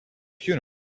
funeral